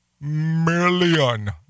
million